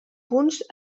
punts